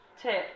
tip